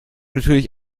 natürlich